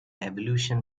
evolution